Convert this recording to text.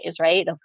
right